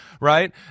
right